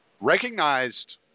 recognized